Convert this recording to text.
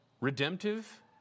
redemptive